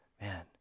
man